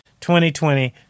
2020